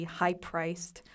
high-priced